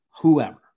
whoever